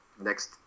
next